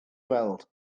weld